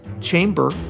chamber